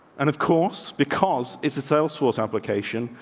and, of course, because it's a sale source application,